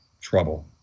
trouble